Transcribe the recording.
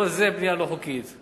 כל זה בנייה לא-חוקית.